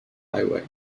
highway